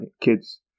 kids